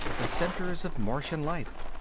the centers of martian life.